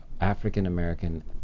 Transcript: African-American